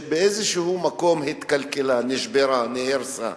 באיזשהו מקום התקלקלו, נשברו, נהרסו.